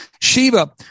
Shiva